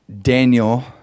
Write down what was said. Daniel